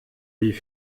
wie